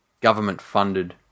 government-funded